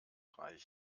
reich